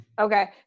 Okay